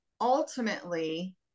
ultimately